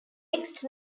next